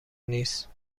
نیست